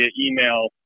email